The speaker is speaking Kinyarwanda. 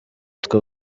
two